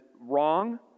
wrong